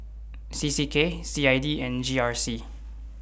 C C K C I D and G R C